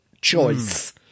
choice